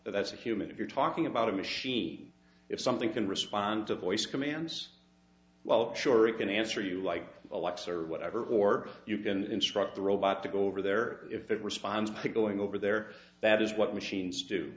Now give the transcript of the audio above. that that's a human if you're talking about a machine if something can respond to voice commands well sure it can answer you like a lexer or whatever or you can instruct the robot to go over there if it responds pick going over there that is what machines do